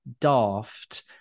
daft